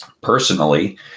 personally